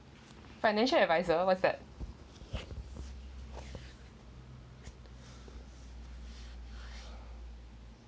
financial adviser what's that